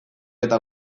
eta